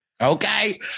Okay